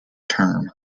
term